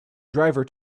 driver